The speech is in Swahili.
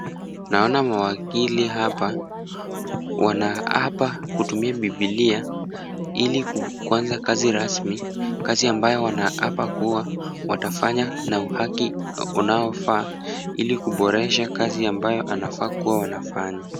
Naona mawakili hapa wanaapa kutumia bibilia ili kuanza kazi rasmi kazi ambayo wanaapa kuwa watafanya na uhaki unaofaa ili kuboresha kazi ambayo anafaa kuwa wanafanya.